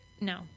No